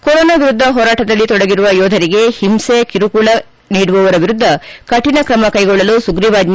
corona ವಿರುದ್ಧ ಹೋರಾಟದಲ್ಲಿ ತೊಡಗಿರುವ ಯೋಧರಿಗೆ ಹಿಂಸೆ ಕಿರುಕುಳ ನೀಡುವವರ ವಿರುದ್ಧ ಕಠಿಣ ತ್ರಮ ಕೈಗೊಳ್ಳಲು ಸುಗ್ರೀವಾಜ್ಞ